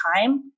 time